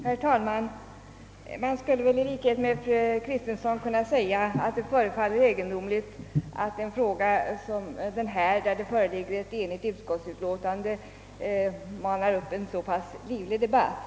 Herr talman! Jag skulle i likhet med fru Kristensson kunna säga att det förefaller egendomligt att en fråga som denna, i vilken det föreligger ett enhälligt utskottsutlåtande, manar fram en så pass livlig debatt.